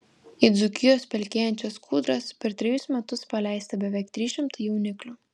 į dzūkijos pelkėjančias kūdras per trejus metus paleista beveik trys šimtai jauniklių